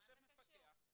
יושב מפקח --- מה זה קשור?